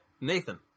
Nathan